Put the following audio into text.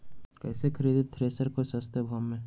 कैसे खरीदे थ्रेसर को सस्ते भाव में?